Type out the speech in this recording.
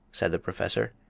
said the professor,